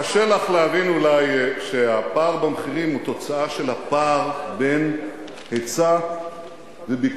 קשה לך להבין אולי שהפער במחירים הוא תוצאה של הפער בין היצע לביקוש.